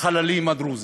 החללים הדרוזים,